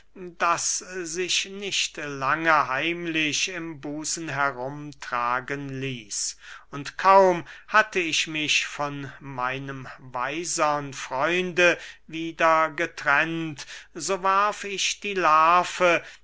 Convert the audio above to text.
das sich nicht lange heimlich im busen herum tragen ließ und kaum hatte ich mich von meinem weisern freunde wieder getrennt so warf ich die larve